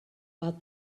but